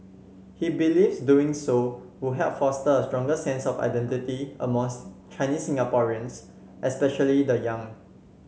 he believes doing so would help foster a stronger sense of identity a month Chinese Singaporeans especially the young